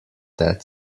that